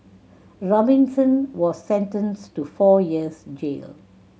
Robinson was sentenced to four years jail